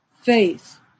faith